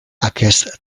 aquest